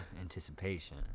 Anticipation